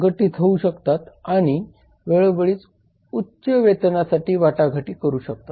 संघटित होऊ शकते आणि वेळोवेळी उच्च वेतनासाठी वाटाघाटी करू शकते